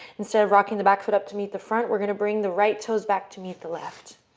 instead of rocking the back foot up to meet the front, we're going to bring the right toes back to meet the left.